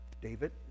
David